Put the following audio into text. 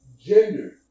gender